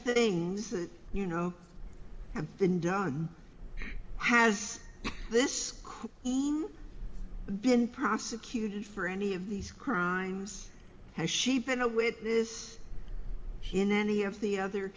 things you know have been done has this been prosecuted for any of these crimes has she been a witness in any of the other